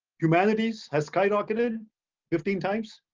humanities has skyrocketed fifteen times.